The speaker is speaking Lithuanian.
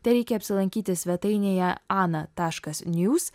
tereikia apsilankyti svetainėje ana taškas news